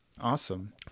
awesome